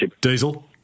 Diesel